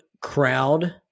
crowd